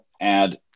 add